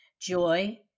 joy